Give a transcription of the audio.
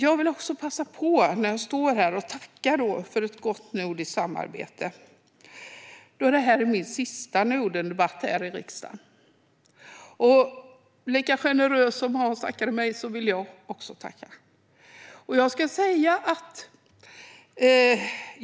När jag står här vill jag också passa på att tacka för ett gott nordiskt samarbete, då detta är min sista Nordendebatt här i riksdagen. Lika generöst som Hans tackade mig vill jag tacka honom.